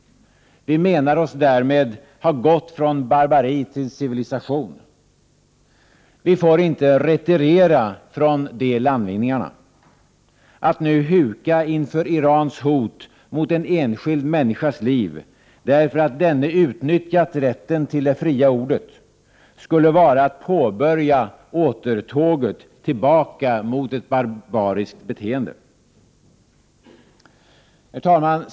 Vi menar oss därmed ha gått från barbari till civilisation. Vi får inte retirera från de landvinningarna. Att nu huka inför Irans hot mot en enskild människas liv, därför att denne utnyttjat rätten till det fria ordet, skulle vara att påbörja återtåget tillbaka mot ett barbariskt beteende. Herr talman!